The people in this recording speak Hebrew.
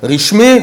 רשמי,